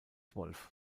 wolf